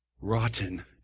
rotten